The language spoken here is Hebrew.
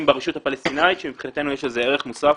ברשות הפלסטינית שמבחינתנו יש לזה ערך מוסף